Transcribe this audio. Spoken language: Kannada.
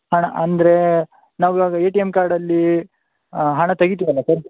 ಹಣ ಅಂದರೆ ನಾವು ಇವಾಗ ಎ ಟಿ ಎಮ್ ಕಾರ್ಡಲ್ಲಿ ಹಣ ತೆಗಿತೀವಲ್ಲ ಸರ್